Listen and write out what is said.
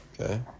okay